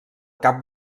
cap